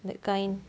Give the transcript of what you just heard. that kind